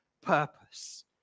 purpose